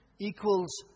equals